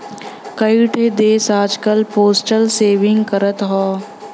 कई ठे देस आजकल पोस्टल सेविंग करत हौ